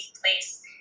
place